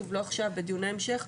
שוב לא עכשיו אולי בדיוני המשך,